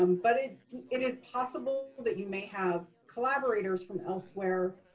um but it it is possible that you may have collaborators from elsewhere.